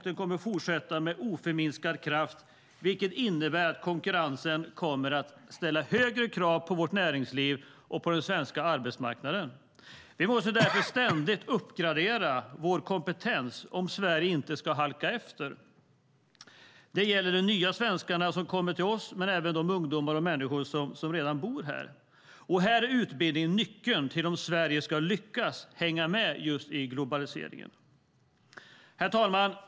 Den kommer att fortsätta med oförminskad kraft, vilket innebär att konkurrensen kommer att ställa högre krav på vårt näringsliv och den svenska arbetsmarknaden. Vi måste därför ständigt uppgradera vår kompetens om Sverige inte ska halka efter. Det gäller de nya svenskarna som kommer till oss men även de ungdomar och andra människor som redan bor här. Här är utbildning nyckeln till om Sverige ska lyckas hänga med i globaliseringen. Herr talman!